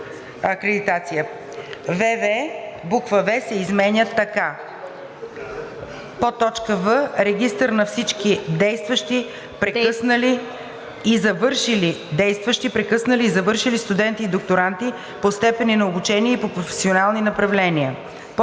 вв) буква „в“ се изменя така: ,,в) регистър на всички действащи, прекъснали и завършили студенти и докторанти по степени на обучение и по професионални направления;“